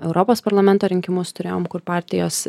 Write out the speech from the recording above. europos parlamento rinkimus turėjom kur partijos